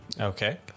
Okay